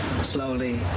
Slowly